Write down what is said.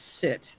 sit